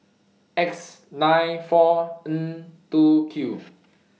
X nine four N two Q